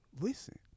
Listen